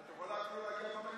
תודה רבה, אדוני